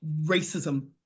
racism